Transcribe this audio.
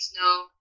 No